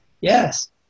yes